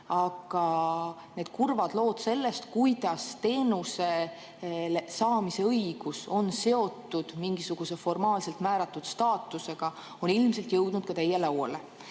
Aga need kurvad lood sellest, kuidas teenuse saamise õigus on seotud mingisuguse formaalselt määratud staatusega, on ilmselt jõudnud ka teie lauale.